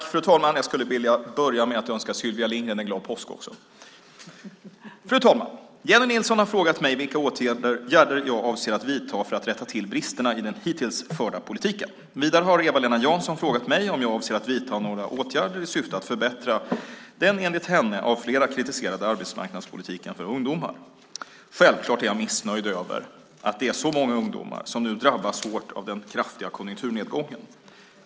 Fru talman! Jennie Nilsson har frågat mig vilka åtgärder jag avser att vidta för att rätta till bristerna i den hittills förda politiken. Vidare har Eva-Lena Jansson frågat mig om jag avser att vidta några åtgärder i syfte att förbättra, den enligt henne av flera kritiserade, arbetsmarknadspolitiken för ungdomar. Självklart är jag missnöjd över att det är så många ungdomar som nu drabbas hårt av den kraftiga konjunkturnedgången.